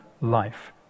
life